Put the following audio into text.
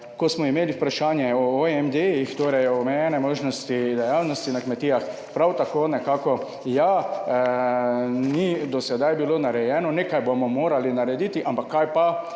ko smo imeli vprašanje o OMD torej omejene možnosti dejavnosti na kmetijah, prav tako nekako, ja, ni do sedaj bilo narejeno, nekaj bomo morali narediti, ampak 35.